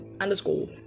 underscore